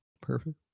perfect